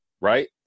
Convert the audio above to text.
right